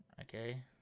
Okay